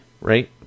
Right